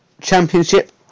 Championship